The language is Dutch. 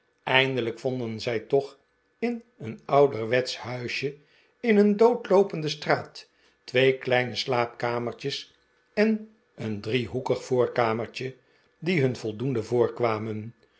eindelijk vonden zij toch in een ouderwetsch huisje in een doodloopende straat twee kleine slaapkamertjes en een driehoekig voorkamertje die hun voldoende voorkwamen